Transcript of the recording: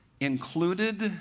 included